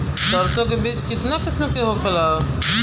सरसो के बिज कितना किस्म के होखे ला?